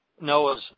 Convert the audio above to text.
Noah's